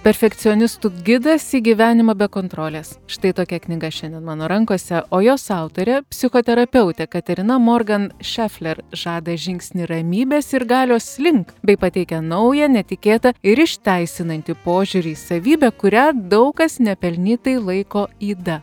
perfekcionistų gidas į gyvenimą be kontrolės štai tokia knyga šiandien mano rankose o jos autorė psichoterapeutė katerina morgan šefler žada žingsnį ramybės ir galios link bei pateikia naują netikėtą ir išteisinantį požiūrį į savybę kurią daug kas nepelnytai laiko yda